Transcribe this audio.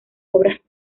obras